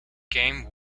game